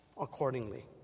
accordingly